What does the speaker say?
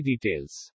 details